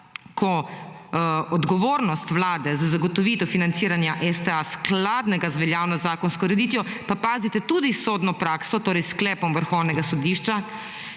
ko odgovornost Vlade za zagotovitev financiranja STA skladnega z veljavno zakonsko ureditvijo, pa pazite, tudi sodno prakso, torej s sklepom vrhovnega sodišča